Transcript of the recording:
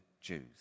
Jews